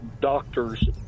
doctor's